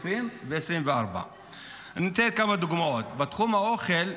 ובשנת 2024. אני אתן כמה דוגמאות: בתחום האוכל,